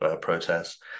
protests